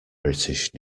british